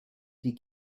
die